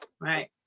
right